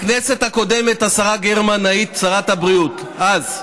בכנסת הקודמת, השרה גרמן, היית שרת הבריאות, אז,